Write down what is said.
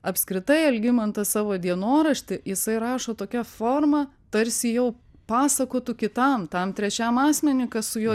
apskritai algimantas savo dienoraštį jisai rašo tokia forma tarsi jau pasakotų kitam tam trečiam asmeniui kas su juo